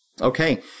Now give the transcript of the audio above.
Okay